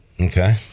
Okay